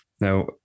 Now